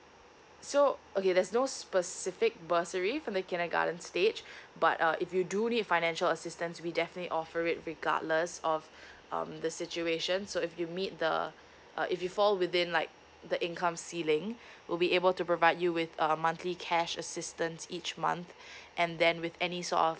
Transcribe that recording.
so okay there's no specific bursary for the kindergarten stage but uh if you do need financial assistance we definitely offer it regardless of um the situation so if you meet the uh if you fall within like the income ceiling we'll be able to provide you with a monthly cash assistance each month and then with any sort of